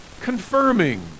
confirming